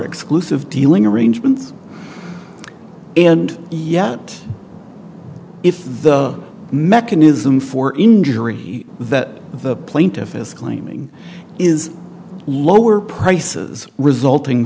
exclusive dealing arrangements and yet if the mechanism for injury that the plaintiff is claiming is lower prices resulting